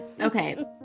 okay